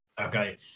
Okay